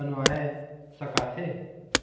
बनवाए सका थे?